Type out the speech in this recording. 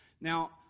Now